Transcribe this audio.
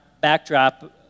backdrop